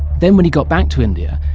then when he got back to india,